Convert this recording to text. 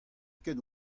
ket